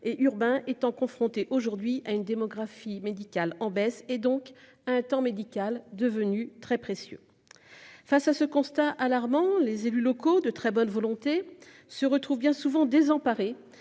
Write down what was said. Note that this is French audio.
et urbains, étant confrontés aujourd'hui à une démographie médicale en baisse et, donc, à un temps médical devenu très précieux. Face à ce constat alarmant, les élus locaux, de très bonne volonté, se retrouvent bien souvent désemparés.